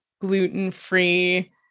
gluten-free